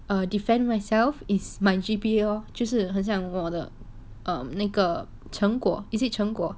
err defend myself is my G_P_A lor 就是很像我的 um 那个成果 is it 成果